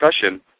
discussion